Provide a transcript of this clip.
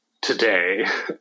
today